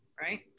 right